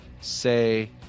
say